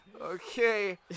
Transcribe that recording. Okay